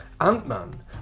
Ant-Man